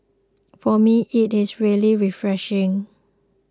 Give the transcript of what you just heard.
for me it is really refreshing